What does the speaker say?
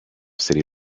city